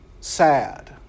sad